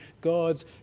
God's